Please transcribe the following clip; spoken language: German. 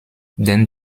denn